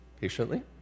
patiently